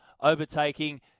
overtaking